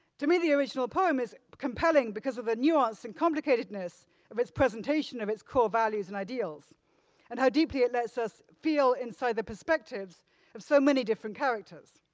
to me the original poem is compelling because of the nuanced and complicatedness of its presentation of its core values and ideals and how deeply it lets us feel inside the perspectives of so many different characters.